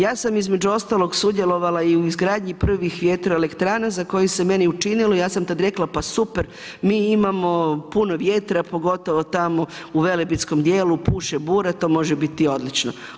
Ja sam između ostalog sudjelovala i u izgradnji prvih vjetroelektrana za koje se meni učinilo, ja sam tad rekla pa super mi imamo puno vjetra pogotovo tamo u velebitskom dijelu puše bure, to može biti odlično.